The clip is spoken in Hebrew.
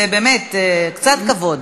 באמת, קצת כבוד.